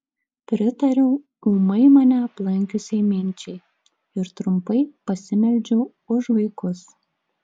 pritariau ūmai mane aplankiusiai minčiai ir trumpai pasimeldžiau už vaikus